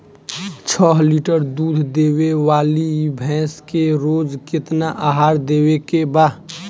छह लीटर दूध देवे वाली भैंस के रोज केतना आहार देवे के बा?